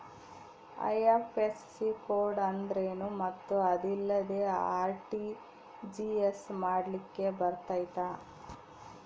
IFSC code ಅಂದ್ರೇನು ಮತ್ತು ಅದಿಲ್ಲದೆ ಆರ್.ಟಿ.ಜಿ.ಎಸ್ ಮಾಡ್ಲಿಕ್ಕೆ ಬರ್ತೈತಾ?